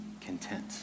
content